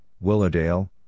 Willowdale